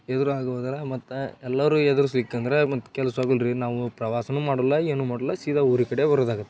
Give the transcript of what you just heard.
ಎದುರಾಗುವುದರ ಮತ್ತು ಎಲ್ಲರೂ ಎದುರ್ಸ್ಲಿಕ್ಕಂದ್ರೆ ಮತ್ತು ಕೆಲಸ ಆಗಲ್ಲ ರೀ ನಾವು ಪ್ರವಾಸನೂ ಮಾಡಲ್ಲ ಏನೂ ಮಾಡಲ್ಲ ಸೀದಾ ಊರ ಕಡೆ ಬರೋದಾಗತ್ತ